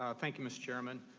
ah thank you mr. chairman.